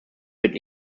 wird